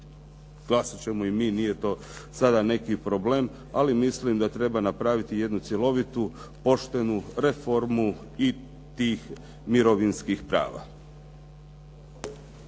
Glasat ćemo i mi, nije to sada neki problem ali mislim da treba napraviti jednu cjelovitu, poštenu reformu i tih mirovinskih prava.